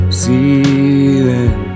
ceiling